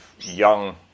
young